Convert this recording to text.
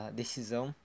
decisão